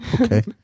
Okay